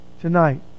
Tonight